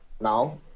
Now